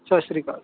ਸਤਿ ਸ਼੍ਰੀ ਅਕਾਲ